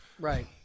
Right